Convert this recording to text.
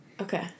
Okay